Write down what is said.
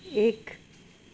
एक